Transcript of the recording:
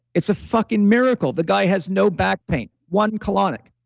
it's a fucking miracle. the guy has no back pain. one colonic.